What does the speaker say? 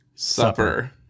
Supper